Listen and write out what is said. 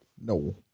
No